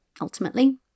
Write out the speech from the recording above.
ultimately